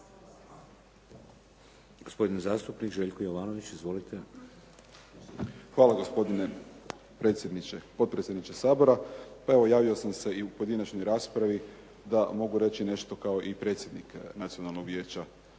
Hvala gospodine potpredsjedniče Sabora. Pa evo, javio sam se i u pojedinačnoj raspravi da mogu reći nešto kao i predsjednik Nacionalnog vijeća,